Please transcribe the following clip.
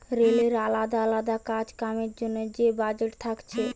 রেলের আলদা আলদা কাজ কামের জন্যে যে বাজেট থাকছে